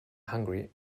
hungry